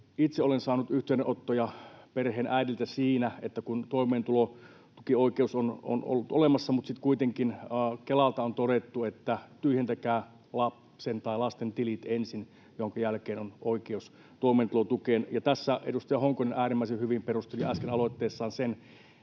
itse olen saanut yhteydenottoja perheenäidiltä siitä, että toimeentulotukioikeus on ollut olemassa mutta sitten kuitenkin Kelalta on todettu, että tyhjentäkää lapsen tai lasten tilit ensin, jonka jälkeen on oikeus toimeentulotukeen. Tässä edustaja Honkonen äärimmäisen hyvin perusteli äsken sen,